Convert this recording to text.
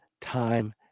time